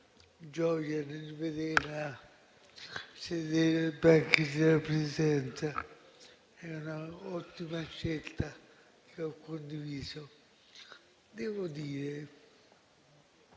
gioia nel vederla sedere al banco della Presidenza: è un'ottima scelta che ho condiviso. Devo dire